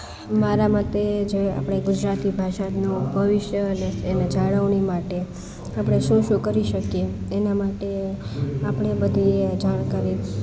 મારા મતે જે આપણે ગુજરાતી ભાષાનું ભવિષ્ય અને પ્લસ એને જાળવણી માટે આપણે શું શું કરી શકીએ એના માટે આપણે બધીએ જાણકારી